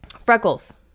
freckles